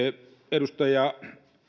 edustaja